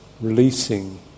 releasing